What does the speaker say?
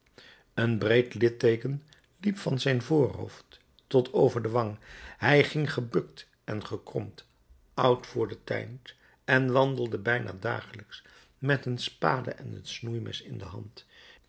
een breed litteeken liep van zijn voorhoofd tot over de wang hij ging gebukt en gekromd oud voor den tijd en wandelde bijna dagelijks met een spade en een snoeimes in de hand